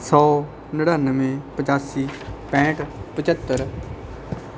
ਸੌ ਨੜਿੱਨਵੇਂ ਪਚਾਸੀ ਪੈਂਹਠ ਪਚੱਤਰ